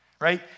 right